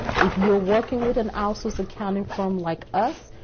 if you're working with an outsourced accounting from. like us,